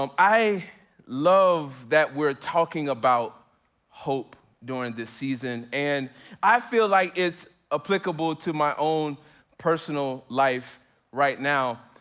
um i love that, we're talking about hope during this season, and i feel like it's applicable to my own personal life right now.